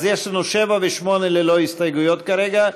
אז יש לנו 7 ו-8 ללא הסתייגויות כרגע.